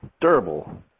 durable